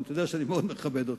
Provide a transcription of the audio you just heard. ואתה יודע שאני מאוד מכבד אותך,